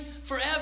forever